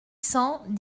cents